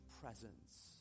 presence